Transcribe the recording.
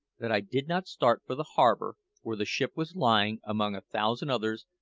that i did not start for the harbour, where the ship was lying among a thousand others,